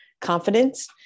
confidence